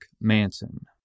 Manson